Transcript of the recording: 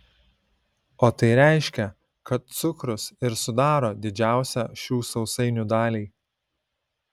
o tai reiškia kad cukrus ir sudaro didžiausią šių sausainių dalį